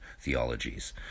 theologies